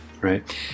right